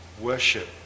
worship